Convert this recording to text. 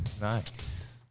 Nice